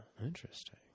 Interesting